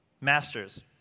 Masters